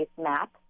map